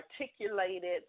articulated